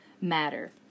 matter